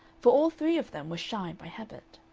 for all three of them were shy by habit.